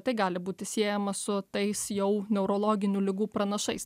tai gali būti siejama su tais jau neurologinių ligų pranašais